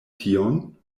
tion